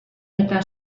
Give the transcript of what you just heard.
eta